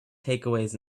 takeaways